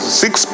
six